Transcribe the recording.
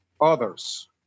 others